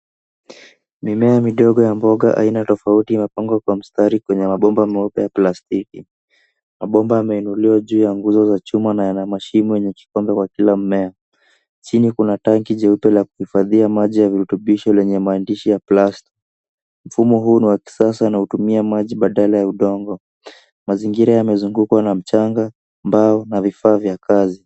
Mimea midogo ya mboga aina tofauti inapangwa kwa mstari kwenye mabomba meupe ya plastiki. Mabomba yameinuliwa juu ya nguzo za chuma, na yana mashimbo yenye kikombe kwa kila mmea. Chini kuna tangi jeupe la kuhifadhia maji ya virutubisho lenye maandishi ya Plus. Mfumo huu ni wa kisasa unaotumia maji badala ya udongo. Mazingira yamezungukwa na mchanga, mbao, na vifaa vya kazi.